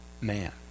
man